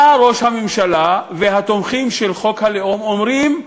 בא ראש הממשלה, והתומכים של חוק הלאום אומרים: